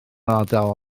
ardal